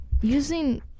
using